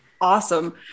awesome